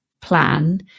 plan